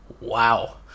Wow